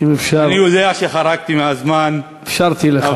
אני יודע שחרגתי מהזמן, אפשרתי לך.